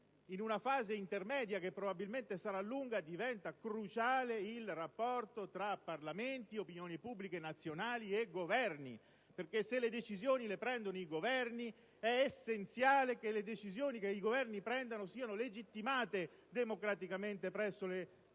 in una fase intermedia che probabilmente sarà lunga, diventa cruciale il rapporto tra Parlamenti, opinioni pubbliche nazionali e Governi, perché se le decisioni le prendono i Governi è essenziale che queste siano legittimate democraticamente presso le rispettive